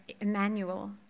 Emmanuel